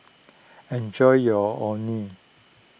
enjoy your Orh Nee